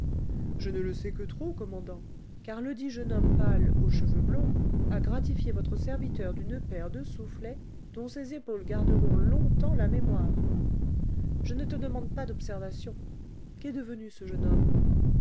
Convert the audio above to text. je ne le sais que trop commandant car ledit jeune homme pâle aux cheveux blonds a gratifié votre serviteur d'une paire de soufflets dont ses épaules garderont longtemps la mémoire je ne te demande pas d'observations qu'est devenu ce jeune homme